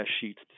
sheets